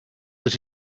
that